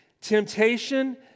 Temptation